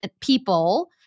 people